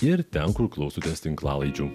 ir ten kur klausotės tinklalaidžių